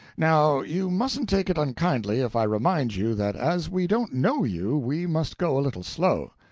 now you mustn't take it unkindly if i remind you that as we don't know you, we must go a little slow.